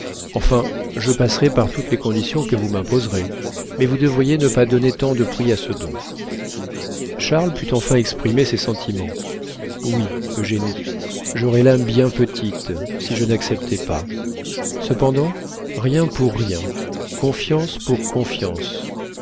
enfin je passerai par toutes les conditions que vous m'imposerez mais vous devriez ne pas donner tant de prix à ce don charles put enfin exprimer ses sentiments oui eugénie j'aurais l'âme bien petite si je n'acceptais pas cependant rien pour rien confiance pour confiance